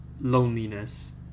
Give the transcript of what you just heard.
loneliness